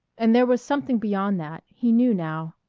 and there was something beyond that he knew now.